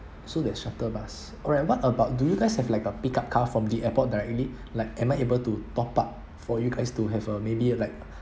so there's shuttle bus alright what about do you guys have like a pick-up car from the airport directly like am I able to top up for you guys to have a maybe like